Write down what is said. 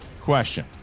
question